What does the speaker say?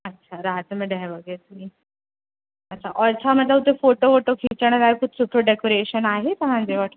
अच्छा राति में ॾहे वॻे जी अच्छा और अच्छा मतिलब हुते फ़ोटो वोटो खिचण लाइ कुझु सुठो डेकोरेशन आहे तव्हांजे वटि